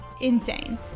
insane